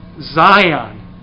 Zion